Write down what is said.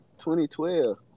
2012